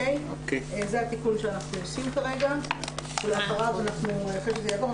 זה התיקון שאנחנו עושים כרגע ואחרי שזה יעבור,